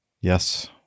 Yes